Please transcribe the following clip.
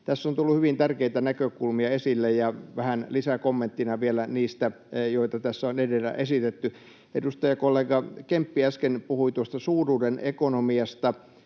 Tässä on tullut hyvin tärkeitä näkökulmia esille, ja vähän lisäkommenttina vielä niistä, joita tässä on edellä esitetty. Edustajakollega Kemppi äsken puhui tuosta suuruuden ekonomiasta.